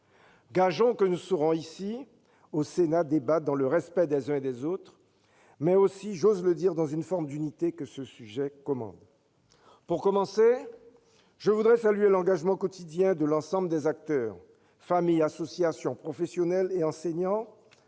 Gageons que nous saurons ici, au Sénat, débattre dans le respect des uns et des autres, mais aussi- j'ose le dire -dans l'unité que ce sujet exige. Pour commencer, je voudrais saluer l'engagement quotidien de l'ensemble des acteurs- familles, associations, professionnels et enseignants